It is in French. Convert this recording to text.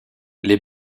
les